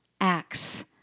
acts